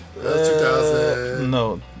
No